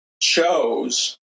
chose